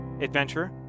adventure